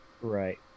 Right